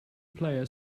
player